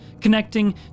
connecting